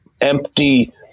empty